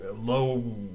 low